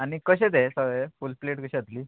आनी कशें तें सोगळे फूल प्लेट कशें जातली